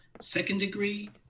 second-degree